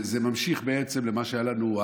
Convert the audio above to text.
זה ממשיך בעצם את מה שהיה לנו,